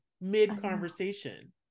mid-conversation